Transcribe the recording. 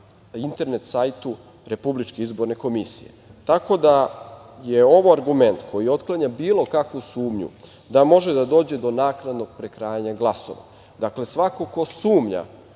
internet sajtu RIK.Tako da je ovo argument koji otklanja bilo kakvu sumnju da može da dođe do naknadnog prekrajanja glasova. Dakle, ko sumnja